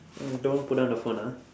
no don't put down the phone ah